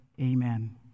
Amen